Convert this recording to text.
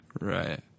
Right